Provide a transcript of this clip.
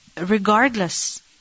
regardless